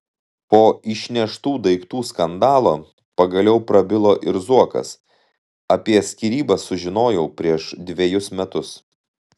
po išneštų daiktų skandalo pagaliau prabilo ir zuokas apie skyrybas sužinojau prieš dvejus metus